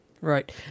Right